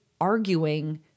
arguing